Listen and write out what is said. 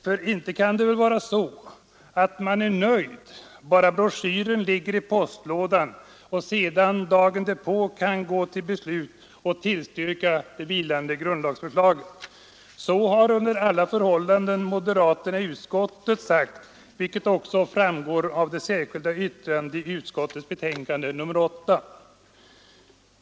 För inte kan det väl vara så att man är nöjd bara broschyren ligger i postlådan och att man dagen därpå kan gå till beslut och tillstyrka det vilande grundlagsförslaget? Så har under alla förhållanden moderaterna i utskottet sagt, vilket också framgår av det särskilda yttrandet till utskottets betänkande nr 8.